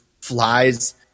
flies